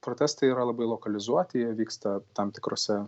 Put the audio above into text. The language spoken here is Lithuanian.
protestai yra labai lokalizuoti jie vyksta tam tikrose